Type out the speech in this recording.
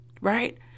right